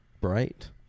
Bright